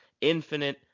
Infinite